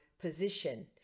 position